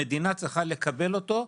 המדינה צריכה לקבל אותו,